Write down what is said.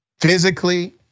Physically